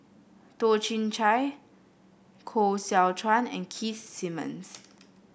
Toh Chin Chye Koh Seow Chuan and Keith Simmons